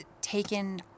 taken